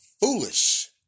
Foolish